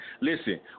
Listen